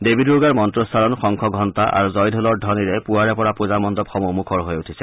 দেৱী দুৰ্গাৰ মন্ত্ৰোচ্চাৰণ শংখ ঘণ্টা আৰু জয়ঢোলৰ ধ্বনিৰে পুৱাৰে পৰা পুজামণ্ডপ সমূহ মুখৰ হৈ উঠে